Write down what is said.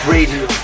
Radio